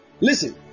listen